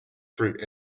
fruit